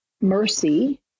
mercy